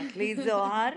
זוהר,